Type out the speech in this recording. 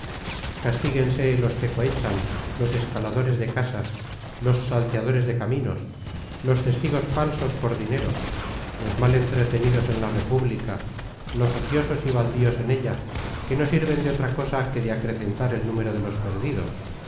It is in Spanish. castiguense los que cohechan los escaladores de casas los salteadores de caminos los testigos falsos por dineros los mal entretenidos en la república los ociosos y baldíos en ella que no sirven de otra cosa que de acrecentar el número de los perdidos